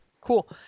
cool